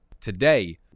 Today